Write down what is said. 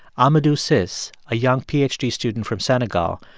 amadou cisse, a young ph d. student from senegal,